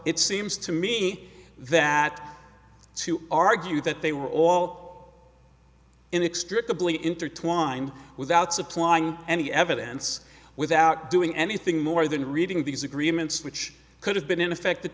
it seems to me that to argue that they were all inexplicably intertwined without supplying any evidence without doing anything more than reading these agreements which could have been in effect